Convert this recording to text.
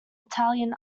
italian